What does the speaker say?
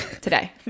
today